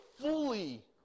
fully